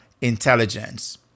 intelligence